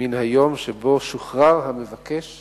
מן היום שבו שוחרר המבקש